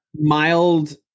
mild